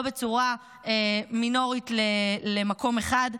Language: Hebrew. לא בצורה מינורית למקום אחד,